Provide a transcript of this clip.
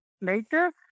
later